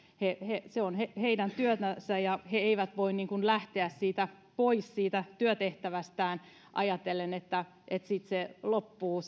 se on heidän työtänsä ja he eivät voi lähteä pois siitä työtehtävästään ajatellen että sitten se loppuu